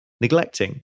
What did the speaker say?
neglecting